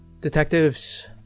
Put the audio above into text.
Detectives